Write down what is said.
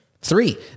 Three